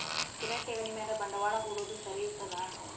ಸ್ಥಿರ ಠೇವಣಿ ಮ್ಯಾಲೆ ಬಂಡವಾಳಾ ಹೂಡೋದು ಸರಿ ಇರ್ತದಾ?